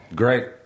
great